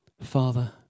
Father